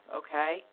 okay